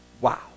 wow